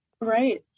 Right